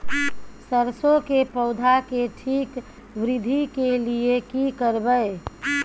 सरसो के पौधा के ठीक वृद्धि के लिये की करबै?